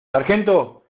sargento